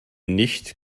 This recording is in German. nicht